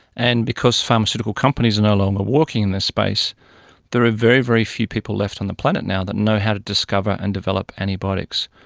and because pharmaceutical companies are no longer working in this space there are very, very few people left on the planet now who know how to discover and develop antibiotics.